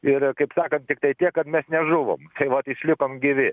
ir kaip sakant tiktai tiek kad mes nežuvom tai vat išlikom gyvi